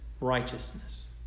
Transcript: righteousness